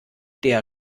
der